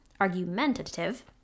argumentative